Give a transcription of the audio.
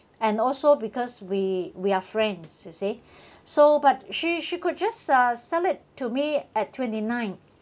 and also because we we are friends you see so but she she could just uh sell it to me at twenty nine